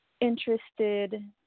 Interested